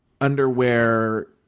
underwear